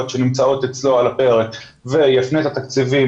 שנמצאות אצלו על הפרק ויפנה את התקציבים,